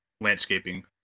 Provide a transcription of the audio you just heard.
landscaping